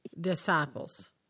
disciples